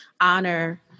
honor